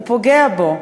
הוא פוגע בו.